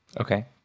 Okay